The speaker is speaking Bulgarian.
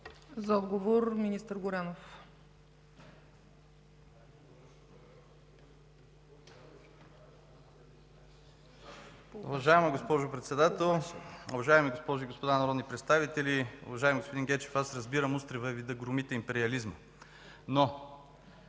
За отговор – министър Горанов